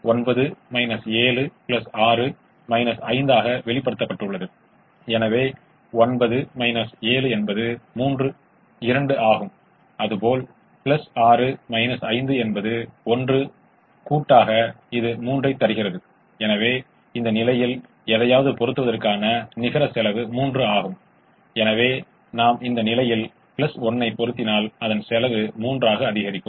எனவே 31 ஒரு தீர்வை முயற்சிப்போம் எனவே திரும்பிச் சென்று 31 மாற்றவும் எனவே 3x3 9 9 312 என்பது 21 4x3 12 12 3 15 ஆகும் 24 3 மற்றும் 1 இரண்டும் ≥ 0 ஆக இருப்பதால் 31 சாத்தியமாகும்